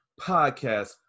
podcast